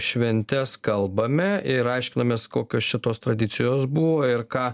šventes kalbame ir aiškinomės kokios čia tos tradicijos buvo ir ką